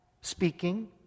speaking